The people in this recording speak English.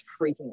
freaking